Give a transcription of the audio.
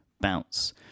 bounce